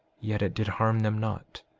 yet it did harm them not,